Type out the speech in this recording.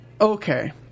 Okay